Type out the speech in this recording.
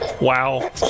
Wow